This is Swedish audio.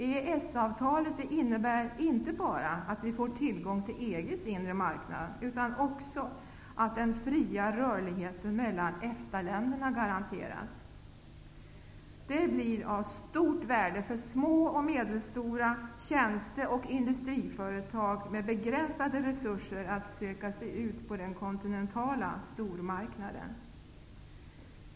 EES-avtalet innebär inte bara att vi får tillgång till EG:s inre marknad utan också att den fria rörligheten mellan EFTA-länderna garanteras. Detta blir av stort värde för små och medelstora tjänste och industriföretag med begränsade resurser att söka sig ut på den kontinentala stormarknaden.